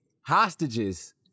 hostages